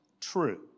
true